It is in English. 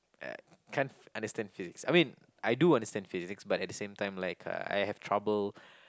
I can't understand Physics I mean I do understand Physics but at the same times like I have trouble